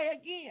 again